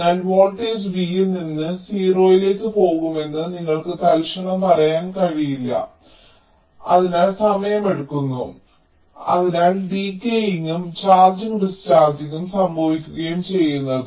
അതിനാൽ voltage v ൽ നിന്ന് 0 ലേക്ക് പോകുമെന്ന് നിങ്ങൾക്ക് തൽക്ഷണം പറയാൻ കഴിയില്ല അതിനായി സമയമെടുക്കുന്നു അതിനാലാണ് ഡികെയിങ്ങും ചാർജിംഗ് ഡിസ്ചാർജിംഗ് സംഭവിക്കുകയും ചെയ്യുന്നത്